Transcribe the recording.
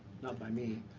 not by me,